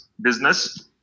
business